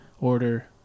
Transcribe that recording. order